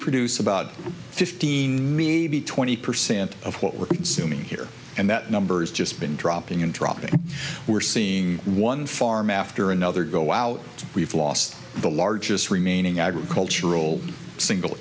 produce about fifteen me twenty percent of what we're soon here and that number is just been dropping and dropping we're seeing one farm after another go out we've lost the largest remaining agricultural single